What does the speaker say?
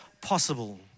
possible